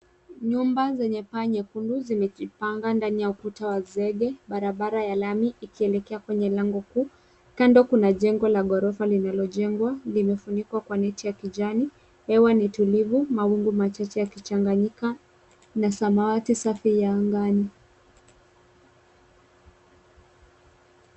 Nyumba zenye paa nyekundu zimejipanga ndani ya ukuta wa zege, barabara ya lami ikielekea kwenye lango kuu. Kando kuna jengo la ghorofa linalojengwa. Limefunikwa kwa neti ya kijani. Hewa ni tulivu, mawingu machache yakichanganyika na samawati safi ya angani.